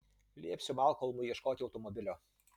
liepsiu malkolmui ieškoti automobilio